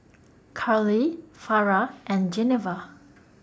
Karlee Farrah and Geneva